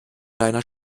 deiner